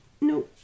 No